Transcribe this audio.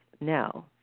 No